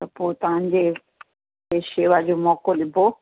पोइ तव्हांजे खे शेवा जो मौक़ो ॾिबो